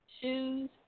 shoes